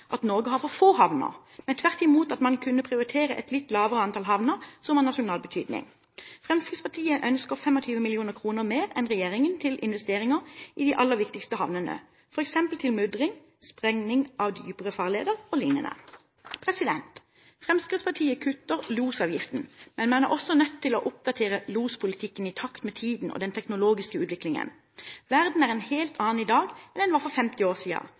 at Norge har for få havner, men tvert imot at man kunne prioritere et litt lavere antall havner som har nasjonal betydning. Fremskrittspartiet ønsker 25 mill. kr mer enn regjeringen til investeringer i de aller viktigste havnene, f.eks. til mudring, sprenging av dypere farleder o.l. Fremskrittspartiet kutter losavgiften, men man er også nødt til å oppdatere lospolitikken i takt med tiden og den teknologiske utviklingen. Verden er en helt annen i dag enn den var for 50 år